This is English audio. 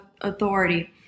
authority